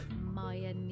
Maya